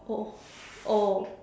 oh oh